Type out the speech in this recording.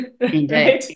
Indeed